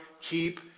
keep